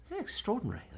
extraordinary